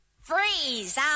Freeze